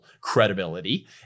credibility